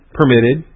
permitted